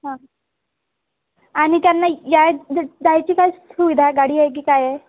हां आणि त्यांना याय जायची काय सुविधा गाडी हाय की काय आहे